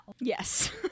Yes